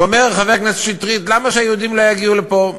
ואומר חבר הכנסת שטרית: למה שהיהודים לא יגיעו לפה?